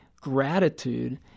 gratitude